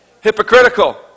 hypocritical